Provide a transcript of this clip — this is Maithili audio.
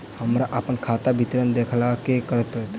हमरा अप्पन खाताक विवरण देखबा लेल की करऽ पड़त?